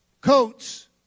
coats